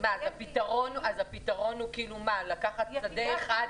אז הפתרון הוא לקחת שדה אחד,